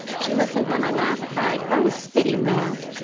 she listened when i laughed, cried, or was spitting mad.